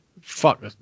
Fuck